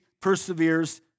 perseveres